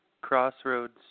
crossroads